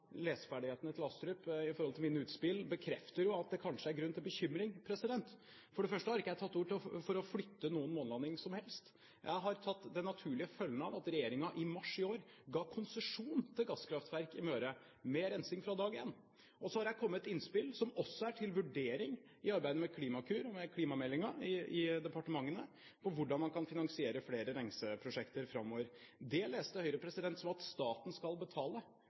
Leseferdighetene til representanten Astrup når det gjelder mine utspill, bekrefter at det kanskje er grunn til bekymring. For det første har jeg ikke tatt til orde for å flytte månelandingen noe som helst sted. Jeg har tatt den naturlige følgen av at regjeringen i mars i år ga konsesjon til et gasskraftverk på Møre, med rensing fra dag én, og så har jeg kommet med innspill, som er til vurdering i forbindelse med arbeidet med Klimakur og klimameldingen i departementene med hensyn til hvordan man kan finansiere flere renseprosjekter framover. Det leste Høyre som at staten skal betale.